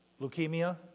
Leukemia